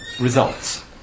results